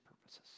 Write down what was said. purposes